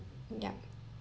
ya